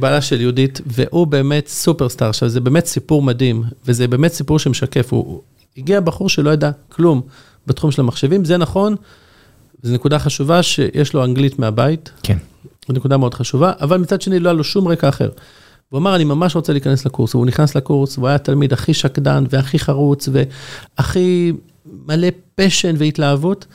בעלה של יהודית, והוא באמת סופרסטאר. עכשיו, זה באמת סיפור מדהים, וזה באמת סיפור שמשקף. הוא הגיע בחור שלא ידע כלום בתחום של המחשבים. זה נכון, זו נקודה חשובה שיש לו אנגלית מהבית. כן. זו נקודה מאוד חשובה, אבל מצד שני, לא היה לו שום רקע אחר. הוא אמר, אני ממש רוצה להיכנס לקורס, והוא נכנס לקורס, הוא היה התלמיד הכי שקדן והכי חרוץ והכי מלא פשן והתלהבות.